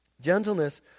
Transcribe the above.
Gentleness